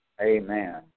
Amen